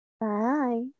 Bye